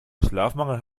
schlafmangel